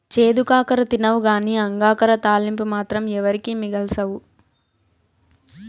చేదు కాకర తినవుగానీ అంగాకర తాలింపు మాత్రం ఎవరికీ మిగల్సవు